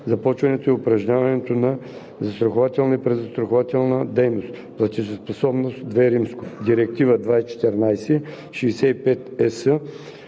започването и упражняването на застрахователна и презастрахователна дейност (Платежоспособност II), Директива 2014/65/ЕС